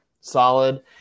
solid